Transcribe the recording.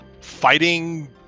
fighting